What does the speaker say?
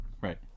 Right